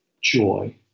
joy